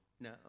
no